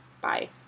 Bye